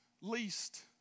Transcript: least